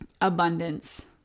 abundance